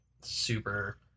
Super